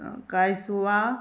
कांयसुवा